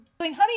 honey